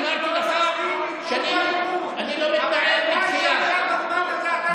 אמרתי לך שאני לא מתנער בכפייה.